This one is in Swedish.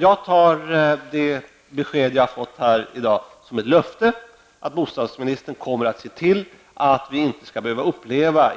Jag tar det besked som jag har fått här i dag, som ett löfte att bostadsministern kommer att se till att vi inte i framtiden skall behöva uppleva